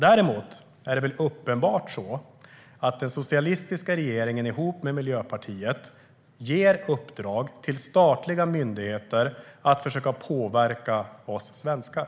Däremot är det uppenbart att den socialistiska regeringen med Miljöpartiet ger uppdrag till statliga myndigheter att försöka påverka oss svenskar.